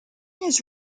his